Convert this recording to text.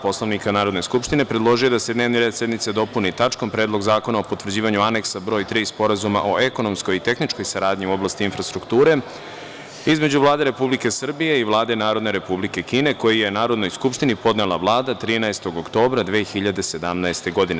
Poslovnika Narodne skupštine, predložio je da se dnevni red sednice dopuni tačkom – Predlog zakona o potvrđivanju Aneksa broj 3 Sporazuma o ekonomskoj i tehničkoj saradnji u oblasti infrastrukture između Vlade Republike Srbije i Vlade Narodne Republike Kine, koji je Narodnoj skupštini podnela Vlada, 13. oktobra 2017. godine.